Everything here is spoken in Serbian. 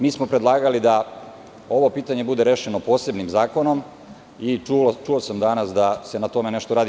Mi smo predlagali da ovo pitanje bude rešeno posebnim zakonom i čuo sam danas da se na tome nešto radi.